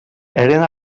eren